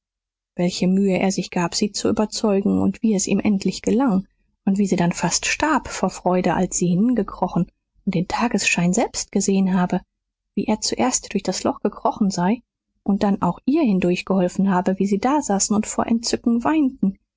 welche mühe er sich gab sie zu überzeugen und wie es ihm endlich gelang und wie sie dann fast starb vor freude als sie hingekrochen und den tagesschein selbst gesehen habe wie er zuerst durch das loch gekrochen sei und dann auch ihr hindurchgeholfen habe wie sie dasaßen und vor entzücken weinten